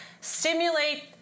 stimulate